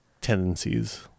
tendencies